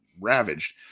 ravaged